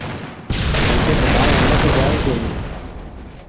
पैसे कटाए हमने तो जाएंगे ही